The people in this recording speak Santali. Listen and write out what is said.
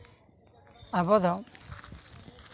ᱟᱵᱚ ᱫᱚ